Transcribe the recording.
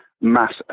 mass